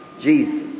Jesus